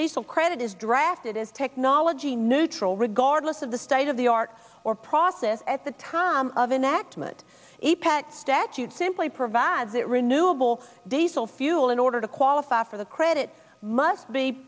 diesel credit is drafted as technology neutral regardless of the state of the art or process at the time of enactment apac statute simply provides that renewable diesel fuel in order to qualify for the credits must be